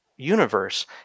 universe